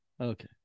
okay